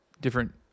different